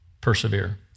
persevere